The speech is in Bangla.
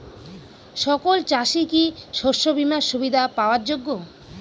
সকল চাষি কি শস্য বিমার সুবিধা পাওয়ার যোগ্য?